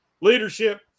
leadership